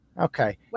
Okay